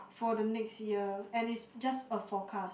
for the next year and it's just a forecast